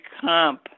comp